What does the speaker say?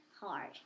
hard